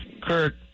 Kirk